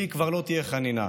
לי כבר לא תהיה חנינה.